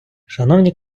шановні